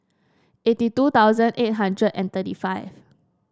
eighty two thousand eight hundred and thirty five